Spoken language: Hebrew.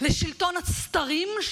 לשלטון הסתרים,